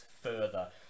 further